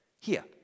Here